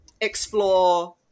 explore